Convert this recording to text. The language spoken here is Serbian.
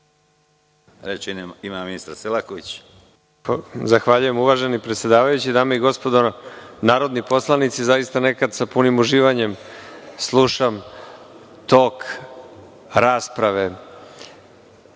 Reč ima ministar Selaković. **Nikola Selaković** Uvaženi predsedavajući, dame i gospodo narodni poslanici, zaista nekada sa punim uživanjem slušam tok rasprave. Malopre